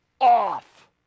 off